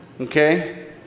okay